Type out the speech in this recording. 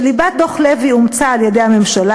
שליבת דוח לוי אומצה על-ידי הממשלה